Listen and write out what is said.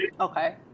Okay